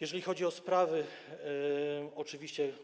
Jeżeli chodzi o sprawy,